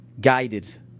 guided